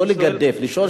לא לגדף, לשאול שאלה.